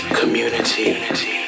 community